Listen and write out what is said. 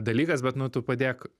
dalykas bet nu tu padėk